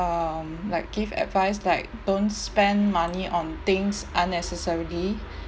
um like give advice like don't spend money on things unnecessarily